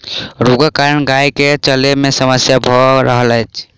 रोगक कारण गाय के चलै में समस्या भ रहल छल